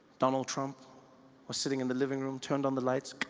donald trump was sitting in the living room turned on the lights